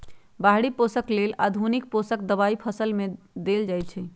बाहरि पोषक लेल आधुनिक पोषक दबाई फसल में देल जाइछइ